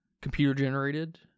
computer-generated